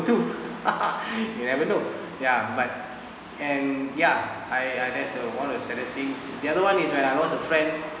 too you never know ya but and ya I I guess that's one of the saddest things the other [one] is when I lost a friend